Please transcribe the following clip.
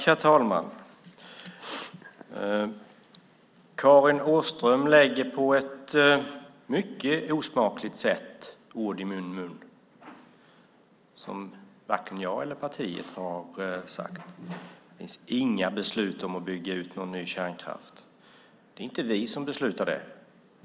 Herr talman! Karin Åström lägger på ett mycket osmakligt sätt ord i min mun som varken jag eller mitt parti har sagt. Det finns inga beslut om att bygga ny kärnkraft. Det är inte vi som beslutar om det.